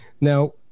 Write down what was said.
Now